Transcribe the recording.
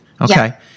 Okay